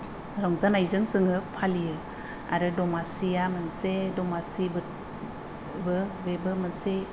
रंजानायजों जोङो फालियो आरो दमासिया मोनसे दमासि बोथ बो बेबो मोनसे